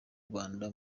rwanda